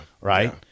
right